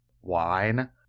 wine